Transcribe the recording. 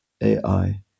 AI